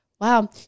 Wow